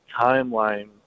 timeline